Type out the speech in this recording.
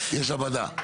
בוועדה.